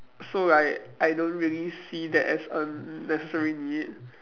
so like I don't really see that as a necessary need